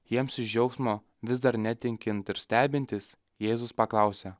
jiems iš džiaugsmo vis dar netikint ir stebintis jėzus paklausė